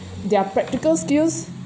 their practical skills